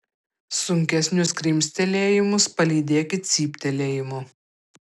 sunkesnius krimstelėjimus palydėkit cyptelėjimu